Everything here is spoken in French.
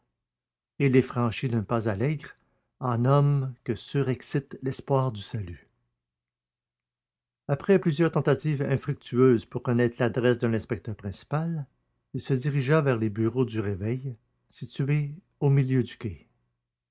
il les franchit d'un pas allègre en homme que surexcite l'espoir du salut après plusieurs tentatives infructueuses pour connaître l'adresse de l'inspecteur principal il se dirigea vers les bureaux du réveil situés au milieu du quai